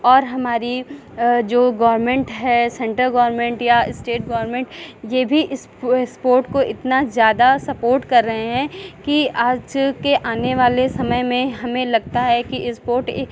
और हमारी जो गवरमेंट है सेंटर गवरमेंट या स्टेट गवरमेंट ये भी स्पो स्पोर्ट को इतना ज़्यादा सपोर्ट कर रहे हैं कि आज के आने वाले समय में हमे लगता है कि स्पोर्ट